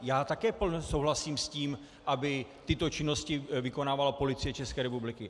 Já také souhlasím s tím, aby tyto činnosti vykonávala Policie České republiky.